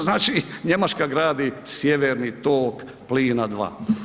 Znači Njemačka gradi Sjeverni tok plina II.